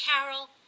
Carol